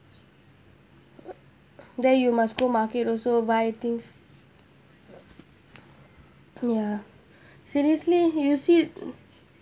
there you must go market also buy things ya seriously you see